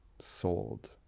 sold